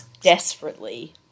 desperately